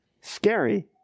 Scary